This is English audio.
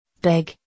big